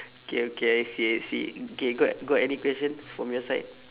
okay okay I see I see K got got any questions from your side